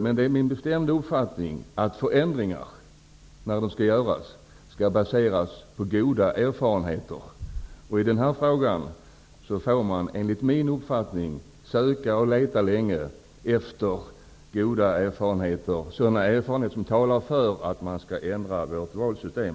Men det är min bestämda uppfattning att förändringar som skall genomföras skall baseras på goda erfarenheter. I den här frågan får man leta länge innan man hittar goda erfarenheter som talar för att vi skall ändra vårt valsystem.